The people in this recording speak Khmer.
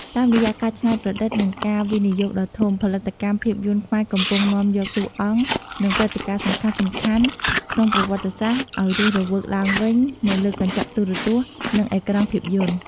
តាមរយៈការច្នៃប្រឌិត និងការវិនិយោគដ៏ធំ ផលិតកម្មភាពយន្តខ្មែរកំពុងនាំយកតួអង្គ និងព្រឹត្តិការណ៍សំខាន់ៗក្នុងប្រវត្តិសាស្ត្រឲ្យរស់រវើកឡើងវិញនៅលើកញ្ចក់ទូរទស្សន៍ និងអេក្រង់ភាពយន្ត។